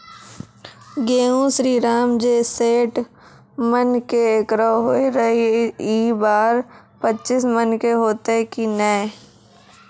गेहूँ श्रीराम जे सैठ मन के एकरऽ होय रहे ई बार पचीस मन के होते कि नेय?